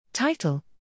Title